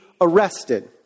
arrested